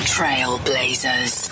Trailblazers